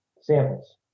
samples